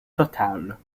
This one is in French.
totale